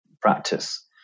practice